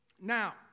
Now